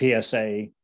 PSA